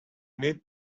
need